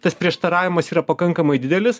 tas prieštaravimas yra pakankamai didelis